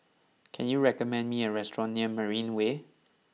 can you recommend me a restaurant near Marina Way